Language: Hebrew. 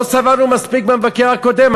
לא סבלנו מספיק מהמבקר הקודם?